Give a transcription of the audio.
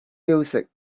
music